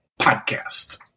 Podcast